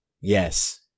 yes